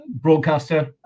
broadcaster